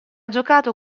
giocato